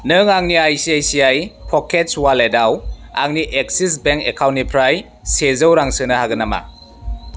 नों आंनि I C I C I pockets अवालेटाव आंनि एक्सिस बेंक एकाउन्टनिफ्राय सेजौ रां सोनो हागोन नामा